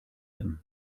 him